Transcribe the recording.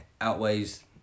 outweighs